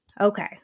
Okay